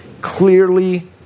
clearly